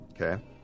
Okay